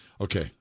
Okay